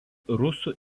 rusų